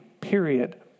period